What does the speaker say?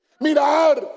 Mirar